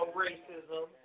racism